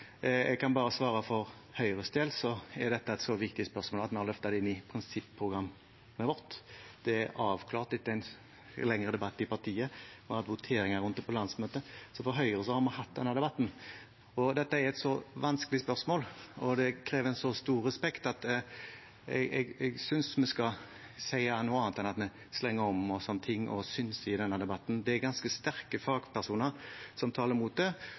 inn i prinsipprogrammet vårt. Det er avklart etter en lengre debatt i partiet. Vi har hatt voteringer om det på landsmøtet. Så i Høyre har vi hatt denne debatten. Dette er et så vanskelig spørsmål og krever så stor respekt at jeg synes vi skal gjøre noe annet enn å slenge om oss med ting og å synse i denne debatten. Det er ganske sterke fagpersoner som taler imot det,